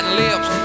lips